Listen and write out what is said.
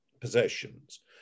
possessions